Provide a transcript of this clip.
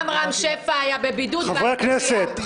גם רם שפע היה בבידוד --- חברי הכנסת,